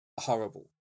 horrible